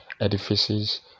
edifices